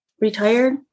retired